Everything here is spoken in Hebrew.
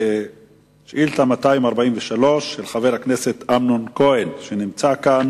אנחנו ממשיכים לשאילתא מס' 243 של חבר הכנסת אמנון כהן שנמצא כאן: